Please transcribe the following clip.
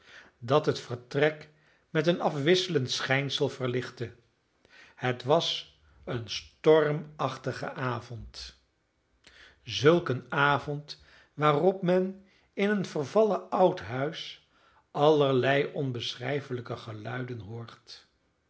dat het vertrek met een afwisselend schijnsel verlichtte het was een stormachtige avond zulk een avond waarop men in een vervallen oud huis allerlei onbeschrijfelijke geluiden hoort